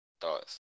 thoughts